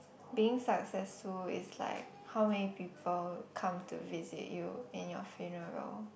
being successful is like how many people come to visit you in your funeral